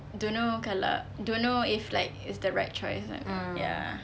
don't know kalau don't know if like it's the right choice or not ya